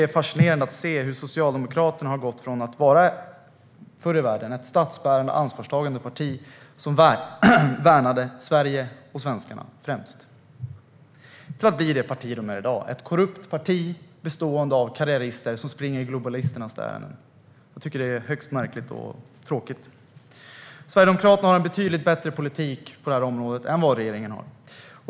Det är fascinerande att se hur Socialdemokraterna har gått från att förr i världen vara ett statsbärande ansvarstagande parti som värnade Sverige och svenskarna främst till att bli det parti de är i dag - ett korrupt parti bestående av karriärister som springer globalisternas ärenden. Jag tycker att det är högst märkligt och tråkigt. Sverigedemokraterna har en betydligt bättre politik på detta område än vad regeringen har.